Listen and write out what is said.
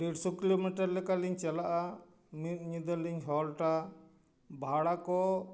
ᱰᱮᱲᱥᱳ kilometre ᱞᱮᱠᱟ ᱞᱤᱧ ᱪᱟᱞᱟᱜᱼᱟ ᱢᱤᱫ ᱧᱤᱫᱟᱹ ᱞᱤᱧ ᱦᱳᱞᱰᱼᱟ ᱵᱷᱟᱲᱟ ᱠᱚ